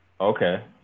Okay